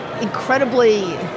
incredibly